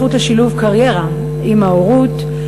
הזכות לשילוב קריירה עם ההורות,